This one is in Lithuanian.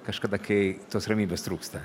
kažkada kai tos ramybės trūksta